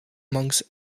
monks